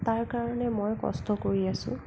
তাৰকাৰণে মই কষ্ট কৰি আছোঁ